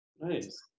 Nice